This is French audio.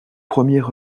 premier